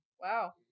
Wow